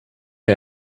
you